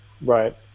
Right